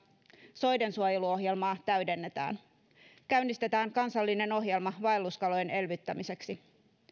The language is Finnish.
soiden suojeluohjelmaa täydennetään ja käynnistetään kansallinen ohjelma vaelluskalojen elvyttämiseksi